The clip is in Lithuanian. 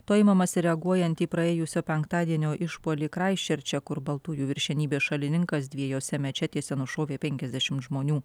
to imamasi reaguojant į praėjusio penktadienio išpuolį kraistčerče kur baltųjų viršenybės šalininkas dviejose mečetėse nušovė penkiasdešimt žmonių